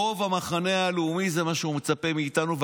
לזה רוב המחנה הלאומי מצפה מאיתנו,